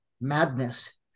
madness